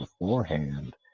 beforehand